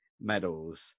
medals